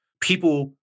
people